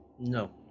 No